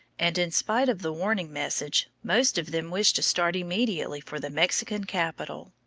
and in spite of the warning message, most of them wished to start immediately for the mexican capital.